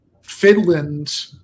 Finland